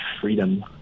freedom